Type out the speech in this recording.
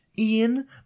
Ian